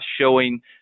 showing